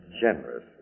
generous